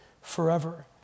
forever